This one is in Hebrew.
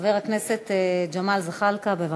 חבר הכנסת ג'מאל זחאלקה, בבקשה.